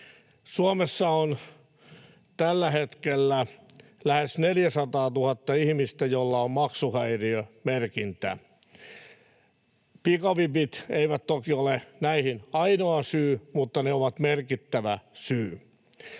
Suomessa on tällä hetkellä lähes 400 000 ihmistä, joilla on maksuhäiriömerkintä. Pikavipit eivät toki ole näihin ainoa syy, mutta ne ovat merkittävä syy.